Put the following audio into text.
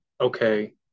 okay